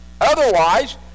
Otherwise